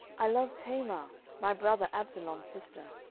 i love tamar, my brother absalom's sister.